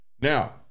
now